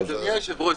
אז- -- אדוני היושב-ראש,